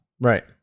Right